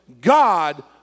God